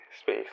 space